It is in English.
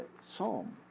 Psalm